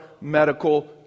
medical